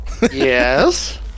Yes